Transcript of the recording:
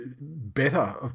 better